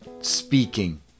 speaking